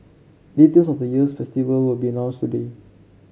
details of the year's festival will be announced today